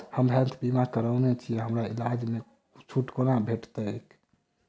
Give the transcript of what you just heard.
हम हेल्थ बीमा करौने छीयै हमरा इलाज मे छुट कोना भेटतैक?